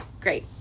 great